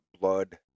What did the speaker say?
blood